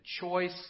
choice